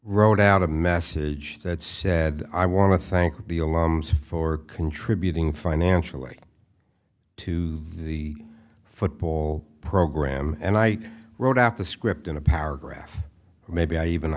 wrote out a message that said i want to thank the alarms for contributing financially to the football program and i wrote half the script in a paragraph maybe i even